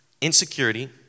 insecurity